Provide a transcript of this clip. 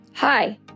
Hi